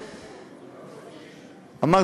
מרכולים.